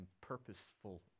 purposeful